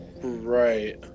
Right